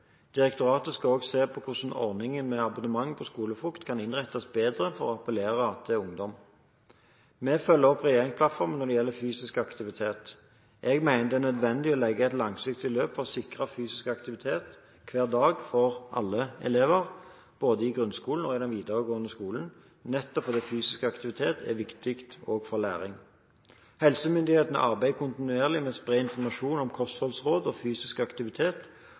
Direktoratet skal òg se på hvordan ordningen med abonnement på skolefrukt kan innrettes bedre for å appellere til ungdom. Vi følger opp regjeringsplattformen når det gjelder fysisk aktivitet. Jeg mener det er nødvendig å legge et langsiktig løp for å sikre fysisk aktivitet hver dag for alle elever, både i grunnskolen og i den videregående skolen, nettopp fordi fysisk aktivitet er viktig òg for læring. Helsemyndighetene arbeider kontinuerlig med å spre informasjon om kostholdsråd og fysisk aktivitet